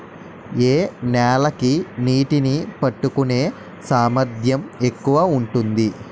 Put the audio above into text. ఏ నేల కి నీటినీ పట్టుకునే సామర్థ్యం ఎక్కువ ఉంటుంది?